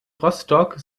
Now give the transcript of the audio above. rostock